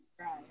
Right